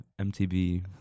MTV